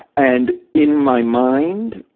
and, in my mind,